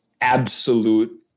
absolute